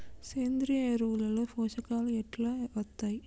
సేంద్రీయ ఎరువుల లో పోషకాలు ఎట్లా వత్తయ్?